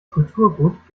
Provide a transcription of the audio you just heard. kulturgut